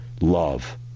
love